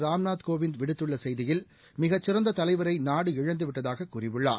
ராம்நாத் கோவிந்த் விடுத்துள்ள செய்தியில் மிகச் சிறந்த தலைவரை நாடு இழந்துவிட்டதாக கூறியுள்ளார்